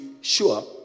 sure